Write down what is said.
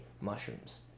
mushrooms